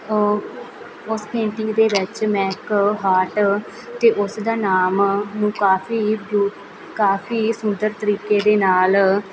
ਉਸ ਪੇਂਟਿੰਗ ਦੇ ਵਿੱਚ ਮੈਂ ਇੱਕ ਹਾਰਟ ਅਤੇ ਉਸਦਾ ਨਾਮ ਨੂੰ ਕਾਫ਼ੀ ਦੁ ਕਾਫ਼ੀ ਸੁੰਦਰ ਤਰੀਕੇ ਦੇ ਨਾਲ